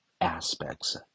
aspects